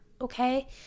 okay